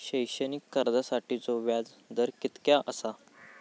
शैक्षणिक कर्जासाठीचो व्याज दर कितक्या आसा?